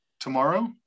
tomorrow